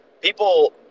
people